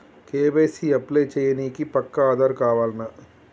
KYC apply చేయనీకి పక్కా ఆధార్ కావాల్నా?